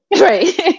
Right